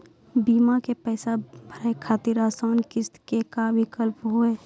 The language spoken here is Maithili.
बीमा के पैसा भरे खातिर आसान किस्त के का विकल्प हुई?